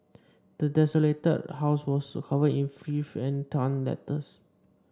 the desolated house was covered in filth and torn letters